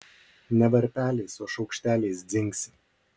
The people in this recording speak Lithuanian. ne varpeliais o šaukšteliais dzingsi